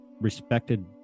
respected